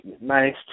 nice